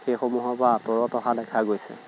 সেইসমূহৰ পৰা আঁতৰত অহা দেখা গৈছে